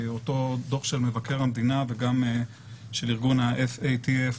אותו דוח של מבקר המדינה וגם של ארגון FATF